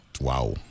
Wow